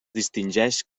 distingeix